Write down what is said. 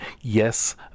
Yes